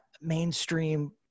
mainstream